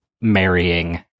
marrying